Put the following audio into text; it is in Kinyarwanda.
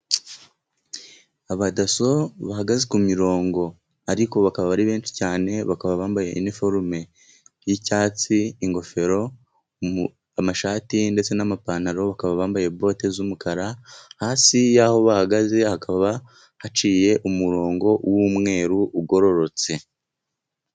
Abadaso bahagaze kurongo ariko bakaba ari benshi cyane, bakaba bambaye iniforume y'icyatsi, ingofero, amashati ndetse n'amapantaro. Bakaba bambaye bote z'umukara, hasi aho bahagaze hakaba haciye umurongo w'umweru ugororotse.